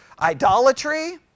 Idolatry